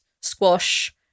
Squash